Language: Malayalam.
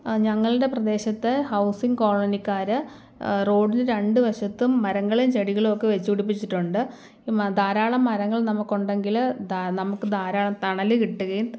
ഞങ്ങളുടെ പ്രദേശത്ത് ഹൗസിംഗ് കോളനിക്കാർ റോഡിൽ രണ്ട് വശത്തും മരങ്ങളും ചെടികളൊക്കെ വെച്ചു പിടിപ്പിച്ചിട്ടുണ്ട് ധാരാളം മരങ്ങൾ നമുക്ക് ഉണ്ടെങ്കിൽ ധാ നമുക്ക് ധാരാളം തണൽ കിട്ടുകയും